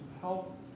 help